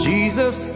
Jesus